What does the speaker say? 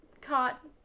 Caught